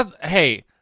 hey